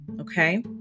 Okay